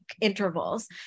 intervals